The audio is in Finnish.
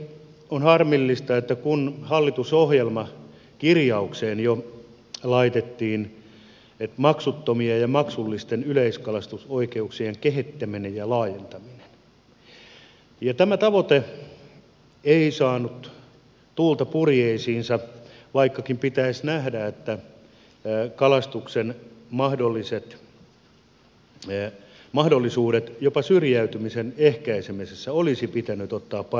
on harmillista että kun hallitusohjelmakirjaukseen jo laitettiin maksuttomien ja maksullisten yleiskalastusoikeuksien kehittäminen ja laajentaminen tämä tavoite ei saanut tuulta purjeisiinsa vaikkakin pitäisi nähdä että kalastuksen mahdollisuudet jopa syrjäytymisen ehkäisemisessä olisi pitänyt ottaa paremmin huomioon